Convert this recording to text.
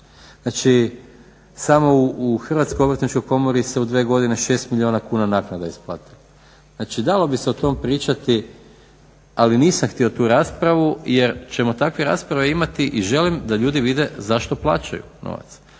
Znači samo u HOK-u se u 2 godine 6 milijuna naknada isplatilo. Dalo bi se o tom pričati ali nisam htio tu raspravu jer ćemo takve rasprave imati i želim da ljudi vide zašto plaćaju novac.